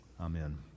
Amen